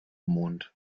mond